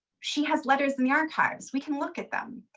she has letters in the archives. we can look at them.